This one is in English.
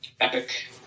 epic